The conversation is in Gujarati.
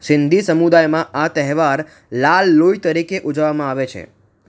સિંધી સમુદાયમાં આ તહેવાર લાલ લોઈ તરીકે ઉજવવામાં આવે છે